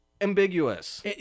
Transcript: ambiguous